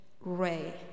Ray